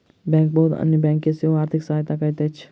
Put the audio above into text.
bank बहुत अन्य bank के सेहो आर्थिक सहायता करैत अछि